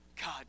God